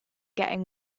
getting